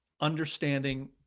understanding